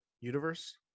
universe